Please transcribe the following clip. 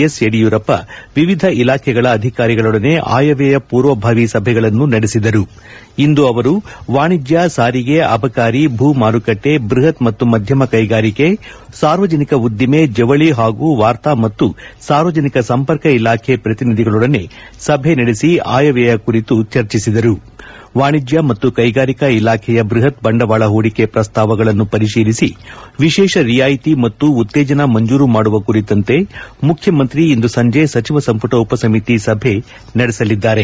S Yediyurappa ವಿವಿಧ ಇಲಾಖೆಗಳ ಅಧಿಕಾರಿಗಳೊಡನೆ ಆಯವ್ಲಯ ಪೂರ್ವಭಾವಿ ಸಭೆಗಳನ್ನು ನಡೆಸಿದರು ಇಂದು ಅವರು ವಾಣಿಜ್ಞ ಸಾರಿಗೆ ಅಬಕಾರಿ ಭೂ ಮಾರುಕಟ್ಲೆ ಬ್ರಹತ್ ಮತ್ತು ಮಧ್ಯಮ ಕ್ಲೆಗಾರಿಕೆ ಸಾರ್ವಜನಿಕ ಉದ್ಗಿವೆ ಜವಳಿ ಹಾಗೂ ವಾರ್ತಾ ಮತ್ತು ಸಾರ್ವಜನಿಕ ಸಂಪರ್ಕ ಇಲಾಖೆ ಪ್ರತಿನಿಧಿಗಳೊಡನೆ ಸಭೆ ನಡೆಸಿ ಆಯವ್ಯಯ ಕುರಿತು ಚರ್ಚಿಸಿದರು ವಾಣಿಜ್ಞ ಮತ್ತು ಕೈಗಾರಿಕಾ ಇಲಾಖೆಯ ಬೃಹತ್ ಬಂಡವಾಳ ಹೂಡಿಕೆ ಪ್ರಸ್ತಾವಗಳನ್ನು ಪರಿತೀಲಿಸಿ ವಿಶೇಷ ರಿಯಾಯಿತಿ ಮತ್ತು ಉತ್ತೇಜನ ಮಂಜೂರು ಮಾಡುವ ಕುರಿತಂತೆ ಮುಖ್ಯಮಂತ್ರಿ ಇಂದು ಸಂಜೆ ಸಚಿವ ಸಂಪುಟ ಉಪಸಮಿತಿ ಸಭೆ ನಡೆಸಲಿದ್ದಾರೆ